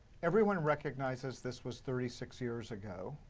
everyone recognizes this was thirty six years ago.